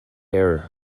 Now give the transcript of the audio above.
error